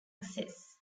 access